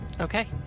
Okay